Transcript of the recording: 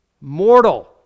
mortal